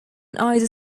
either